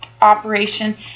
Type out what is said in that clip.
operation